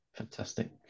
Fantastic